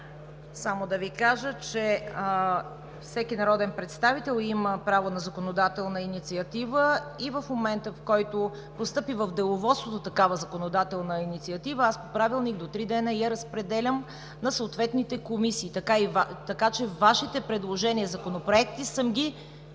Само да Ви кажа, че всеки народен представител има право на законодателна инициатива. В момента, в който постъпи в Деловодството такава законодателна инициатива, по Правилник до три дни я разпределям на съответните комисии. Така че Вашите предложения и законопроекти съм ги